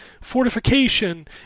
Fortification